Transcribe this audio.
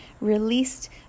released